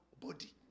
body